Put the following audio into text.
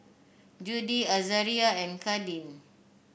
Judie Azaria and Kadin